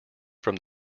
from